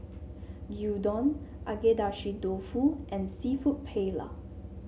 Gyudon Agedashi Dofu and seafood Paella